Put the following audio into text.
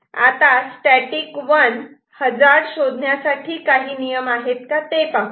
आता static 1 hazard शोधण्यासाठी काही नियम आहेत का ते पाहू